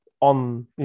on